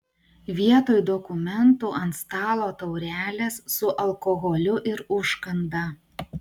vietoj dokumentų ant stalo taurelės su alkoholiu ir užkanda